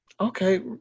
okay